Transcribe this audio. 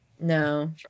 No